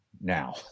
now